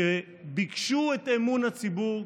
שקיבלו את אמון הציבור,